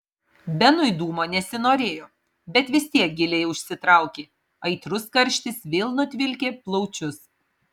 benui dūmo nesinorėjo bet vis tiek giliai užsitraukė aitrus karštis vėl nutvilkė plaučius